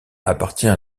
appartient